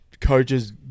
coaches